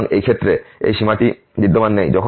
সুতরাং এই ক্ষেত্রে এই সীমাটি বিদ্যমান নেই